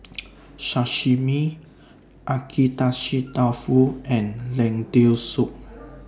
Sashimi Agedashi Dofu and Lentil Soup